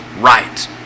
right